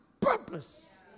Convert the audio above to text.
purpose